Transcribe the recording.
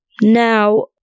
Now